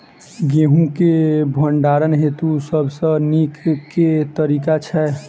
गेंहूँ केँ भण्डारण हेतु सबसँ नीक केँ तरीका छै?